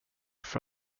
för